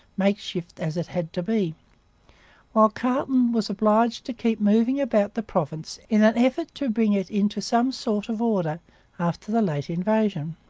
makeshift as it had to be while carleton was obliged to keep moving about the province in an effort to bring it into some sort of order after the late invasion.